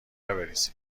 بریزید